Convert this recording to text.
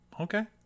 Okay